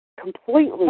Completely